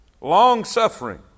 Long-suffering